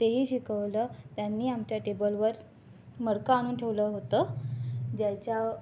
तेही शिकवलं त्यांनी आमच्या टेबलवर मडकं आणून ठेवल होतं ज्याच्या